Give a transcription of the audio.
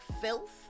filth